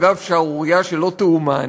אגב, שערורייה שלא תיאמן,